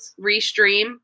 restream